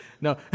No